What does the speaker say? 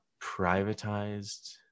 privatized